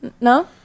no